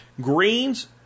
greens